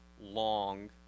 long